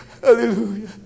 Hallelujah